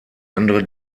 andere